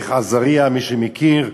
דרך עזרייה, מי שמכיר,